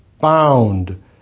bound